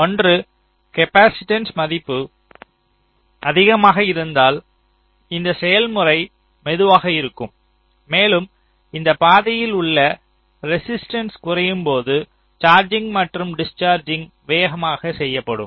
ஒன்று காப்பாசிட்டன்ஸ்ன் மதிப்பு அதிகமாக இருந்தால் இந்த செயல்முறை மெதுவாக இருக்கும் மேலும் இந்த பாதையில் உள்ள ரெசிஸ்டன்ஸ் குறையும்போது சார்ஜிங் மற்றும் டிஸ்சார்ஜிங் வேகமாக செய்யப்படும்